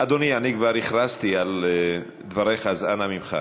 אדוני, אני כבר הכרזתי על דבריך, אז אנא ממך.